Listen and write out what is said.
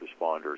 responders